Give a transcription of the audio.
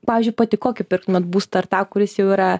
pavyzdžiui pati kokį pirktumėt būstą ar tą kuris jau yra